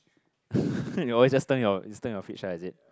you always just turn your is turn your fridge ah is it